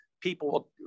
people